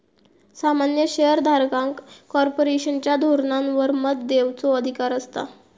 सामान्य शेयर धारकांका कॉर्पोरेशनच्या धोरणांवर मत देवचो अधिकार असता